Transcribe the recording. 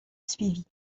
suivit